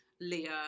Leah